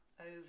over